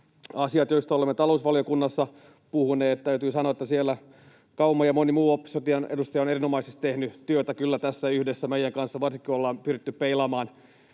asiat, joista olemme talousvaliokunnassa puhuneet. Täytyy sanoa, että siellä Kauma ja moni muu opposition edustaja on erinomaisesti tehnyt kyllä työtä tässä yhdessä meidän kanssamme, varsinkin kun ollaan pyritty peilaamaan